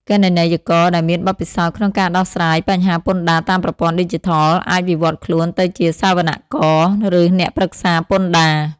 គណនេយ្យករដែលមានបទពិសោធន៍ក្នុងការដោះស្រាយបញ្ហាពន្ធដារតាមប្រព័ន្ធឌីជីថល អាចវិវត្តខ្លួនទៅជាសវនករ ឬអ្នកប្រឹក្សាពន្ធដារ។